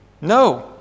no